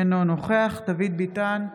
אינו נוכח דוד ביטן,